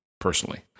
personally